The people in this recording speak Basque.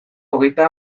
hogeita